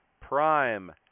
Prime